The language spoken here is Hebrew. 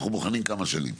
אנחנו בוחנים כמה שנים.